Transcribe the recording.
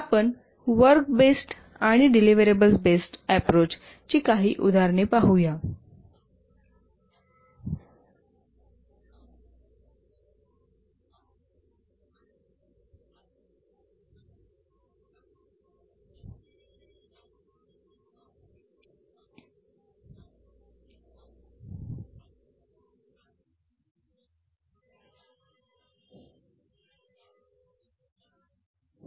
आपण work based आणि deliverables - based approach ची काही उदाहरणे पाहूया